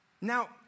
Now